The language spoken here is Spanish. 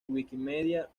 wikimedia